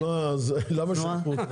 אז למה שלחו אותך?